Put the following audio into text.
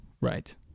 right